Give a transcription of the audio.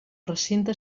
recinte